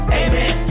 amen